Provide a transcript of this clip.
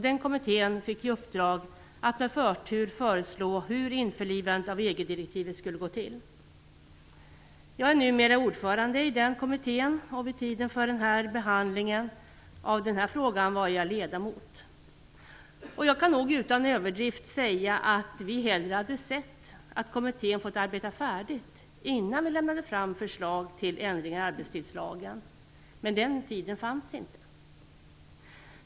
Den kommittén fick i uppdrag att med förtur föreslå hur införlivandet av EG-direktivet skulle gå till. Jag är numera ordförande i den kommittén. Vid tiden för behandlingen av den här frågan var jag ledamot. Jag kan nog utan överdrift säga att vi hellre hade sett att kommittén fått arbeta färdigt innan vi lämnade fram förslag till ändringar i arbetstidslagen, men den tiden fanns inte.